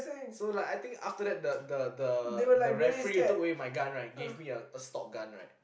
so like I think after that the the the the referee who took away my gun right gave me a a stock gun right